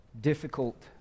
difficult